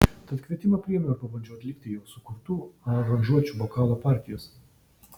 tad kvietimą priėmiau ir pabandžiau atlikti jau sukurtų aranžuočių vokalo partijas